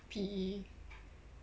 P_E